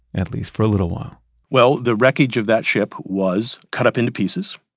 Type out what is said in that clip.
at least for a little while well, the wreckage of that ship was cut up into pieces,